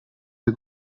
der